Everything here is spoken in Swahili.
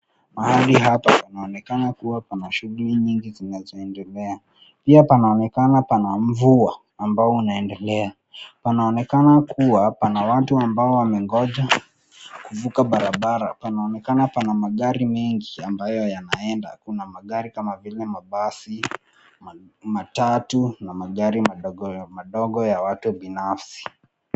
Mahali hapa panaonekana kuwa pana shughuli nyingi zinazoendelea. Pia panaonekana pana mvua ambao unaendelea. Panaonekana kuwa pana watu ambao wamengoja kuvuka barabara. Panaonekana pana magari mengi ambayo yanaenda. Kuna magari kama vile mabasi, matatu na magari madogo madogo ya watu binafsi.